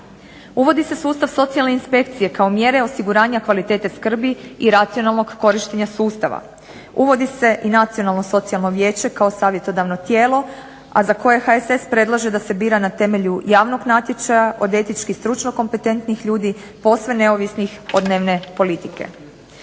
Uvodi se sustav socijalne inspekcije kao mjere osiguranja kvalitete skrbi i racionalnog korištenja sustava. Uvodi se i nacionalno socijalno vijeće kao savjetodavno tijelo, a za koje HSS predlaže da se bira na temelju javnog natječaja od etički stručno kompetentnih ljudi posve neovisnih od dnevne politike.